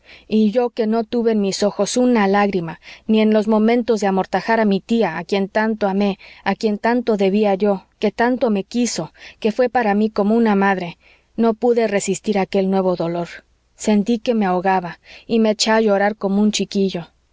y yo que no tuve en mis ojos una lágrima ni en los momentos de amortajar a mi tía a quien tanto amé a quien tanto debía yo que tanto me quiso que fué para mí como una madre no pude resistir aquel nuevo dolor sentí que me ahogaba y me eché a llorar como un chiquillo